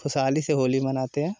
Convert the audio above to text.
खुशहाली से होली मनाते हैं